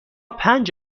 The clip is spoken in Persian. پنج